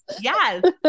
yes